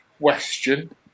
question